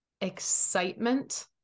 excitement